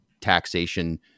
taxation